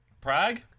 Prague